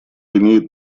имеет